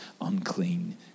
unclean